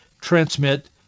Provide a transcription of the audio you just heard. transmit